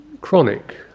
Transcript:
chronic